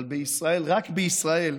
אבל בישראל, רק בישראל,